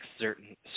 certain